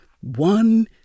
one